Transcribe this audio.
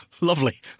Lovely